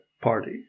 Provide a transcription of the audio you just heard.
Party